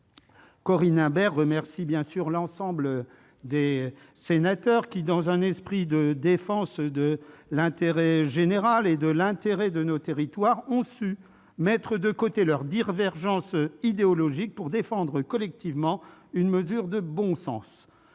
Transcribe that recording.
Corinne Imbert remercie l'ensemble des sénateurs, qui, dans un esprit de défense de l'intérêt général et de l'intérêt de nos territoires, ont su mettre de côté leurs divergences idéologiques pour défendre collectivement une mesure de bon sens.